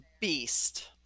beast